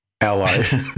ally